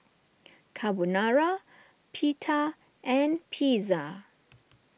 Carbonara Pita and Pizza